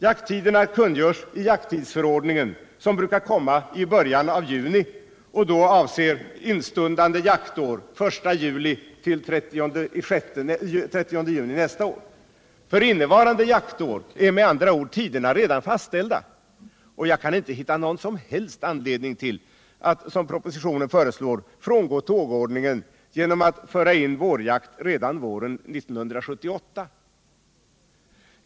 Jakttiderna kungörs i jakttidsförordningen, som brukar komma i början av juni och då avser instundande jaktår, dvs. från den 1 juli till den 30 juni följande år. För innevarande jaktår är med andra ord tiderna redan fastställda, och jag kan inte finna någon som helst anledning att, som propositionen föreslår, frångå tågordningen genom att föra in vårjakt redan våren 1978.